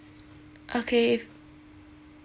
okay